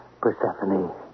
Persephone